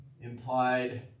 implied